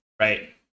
right